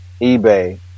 eBay